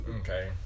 Okay